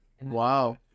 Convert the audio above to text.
Wow